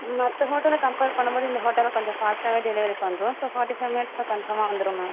மற்ற ஹோட்டலில் கம்பேர் பண்ணும் போது இந்த ஹோட்டலில் கொஞ்சம் ஃபாஸ்ட்டாகவே டெலிவரி பண்ணுறோம் ஸோ ஃபாட்டி ஃபை மினிட்ஸில் கன்ஃபார்மாக வந்துரும் மேம்